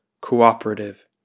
cooperative